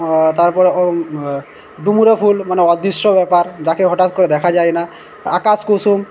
তারপরে ডুমুরের ফুল মানে অদৃশ্য ব্যাপার যাকে হঠাৎ করে দেখা যায় না আকাশকুসুম